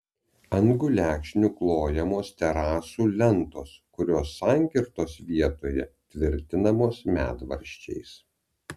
ant gulekšnių klojamos terasų lentos kurios sankirtos vietoje tvirtinamos medvaržčiais